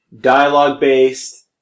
dialogue-based